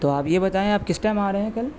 تو آپ یہ بتائیں آپ کس ٹائم آ رہے ہیں کل